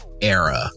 era